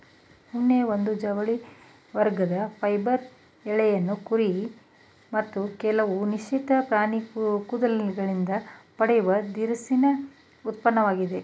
ಉಣ್ಣೆ ಒಂದು ಜವಳಿ ವರ್ಗದ ಫೈಬರ್ ಎಳೆಯನ್ನು ಕುರಿ ಮತ್ತು ಕೆಲವು ನಿಶ್ಚಿತ ಪ್ರಾಣಿ ಕೂದಲಿಂದ ಪಡೆಯುವ ದಿರಸಿನ ಉತ್ಪನ್ನವಾಗಿದೆ